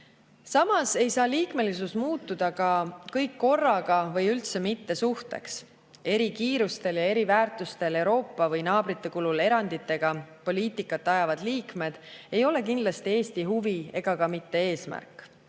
Samas ei saa liikmesus muutuda ka kõik-korraga-või-üldse-mitte-suhteks. Eri kiirustel ja eri väärtustel Euroopa või naabrite kulul eranditega poliitikat ajavad liikmed ei ole kindlasti Eesti huvi ega ka mitte eesmärk.